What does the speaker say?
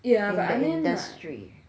in the industry